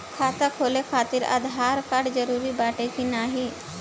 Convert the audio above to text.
खाता खोले काहतिर आधार कार्ड जरूरी बाटे कि नाहीं?